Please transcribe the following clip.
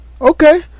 Okay